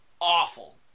awful